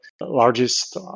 largest